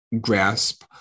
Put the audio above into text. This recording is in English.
grasp